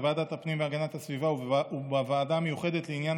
בוועדת הפנים והגנת הסביבה ובוועדה המיוחדת לעניין